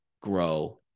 grow